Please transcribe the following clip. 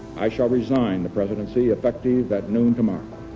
i shall resign the presidency, effective at noon tomorrow.